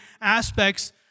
aspects